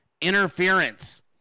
interference